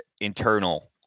internal